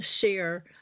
share